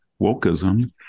wokeism